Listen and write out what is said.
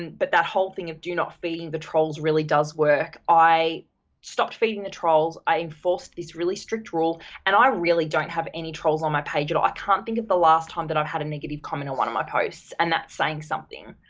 but that whole thing of do not feeding the trolls really does work. i stopped feeding the trolls, i enforced this really strict rule and i really don't have any trolls on my page at all. i can't think of the last time that i've had a negative comment on one of my posts and that is saying something.